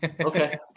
Okay